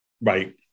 Right